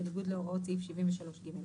בניגוד להוראות סעיף 73(ג).